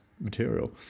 material